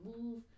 move